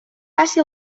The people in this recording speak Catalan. passi